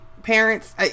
Parents